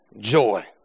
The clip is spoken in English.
Joy